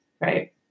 Right